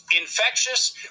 Infectious